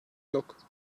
yok